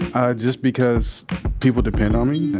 um just because people depend on me.